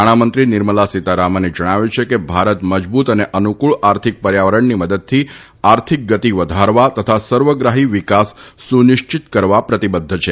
નાણામંત્રી નિર્મલા સીતારામને જણાવ્યું છે કે ભારત મજબૂત તથા અનુકૂળ આર્થિક પર્યાવરણની મદદથી આર્થિક ગતિ વધારવા તથા સર્વગ્રાફી વિકાસ સુનિશ્ચિત કરવા પ્રતિબધ્ધ છે